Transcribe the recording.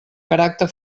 caràcter